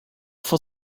for